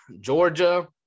Georgia